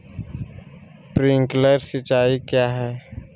Sprinkler सिंचाई क्या है?